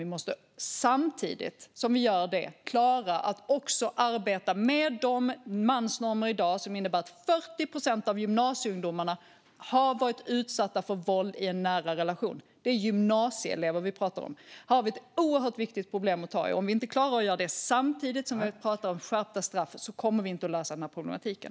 Vi måste samtidigt som vi gör det klara att också arbeta med de mansnormer som råder i dag och som innebär att 40 procent av gymnasieungdomarna har varit utsatta för våld i en nära relation. Det är gymnasieelever vi pratar om. Här har vi ett oerhört viktigt problem att ta i. Om vi inte klarar att göra det samtidigt som vi pratar om skärpta straff kommer vi inte att lösa den här problematiken.